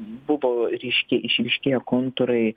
buvo reiškia išryškėję kontūrai